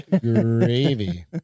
gravy